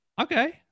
Okay